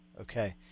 Okay